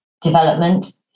development